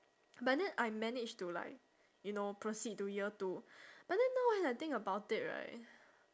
but then I managed to like you know proceed to year two but then now when I think about it right